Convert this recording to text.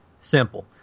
simple